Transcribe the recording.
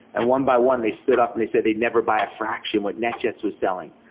and one by one, they stood up and they said they'd never buy a fraction what netjets was selling.